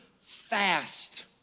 fast